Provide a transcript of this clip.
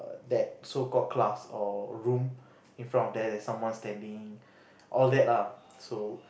that so called class or room in front of there there is someone standing all that lah